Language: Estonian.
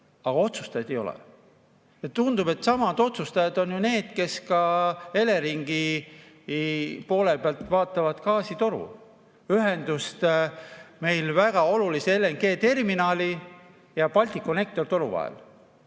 Aga otsustajaid ei ole. Tundub, et samad otsustajad on ka need, kes Eleringi poole pealt vaatavad gaasitoruühendust meile väga olulise LNG-terminali ja Balticconnectori toru vahel.